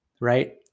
Right